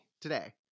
today